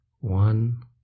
One